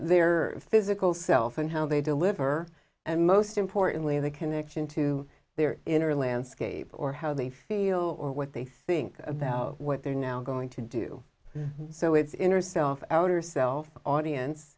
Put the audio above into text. their physical self and how they deliver and most importantly the connection to their inner landscape or how they feel or what they think about what they're now going to do so it's inner self outer self audience